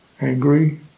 angry